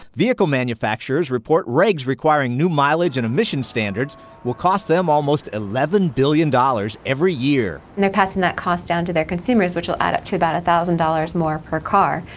vehicle manufacturers report regs requiring new mileage and emissions standards will cost them almost eleven billion dollars every year. and they're passing that cost down to their consumers, which will add up to about one thousand dollars more per car,